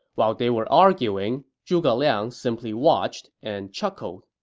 while they were arguing, zhuge liang simply watched and chuckled